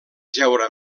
jeure